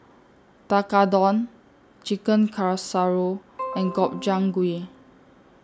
Tekkadon Chicken Casserole and Gobchang Gui